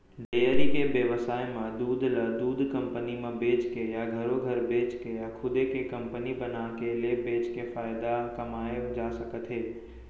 dairy के बेवसाय म दूद ल दूद कंपनी म बेचके या घरो घर बेचके या खुदे के कंपनी बनाके ले बेचके फायदा कमाए जा सकत हे